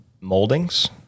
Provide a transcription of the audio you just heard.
moldings